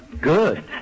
good